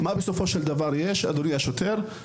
מה בסופו של דבר יש אדוני השוטר?